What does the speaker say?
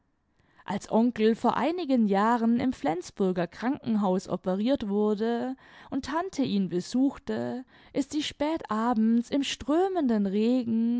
als onkel vor einigen jahren im flensburger krankenhaus operiert wurde und tante ihn besuchte ist sie spät abends im strömenden regen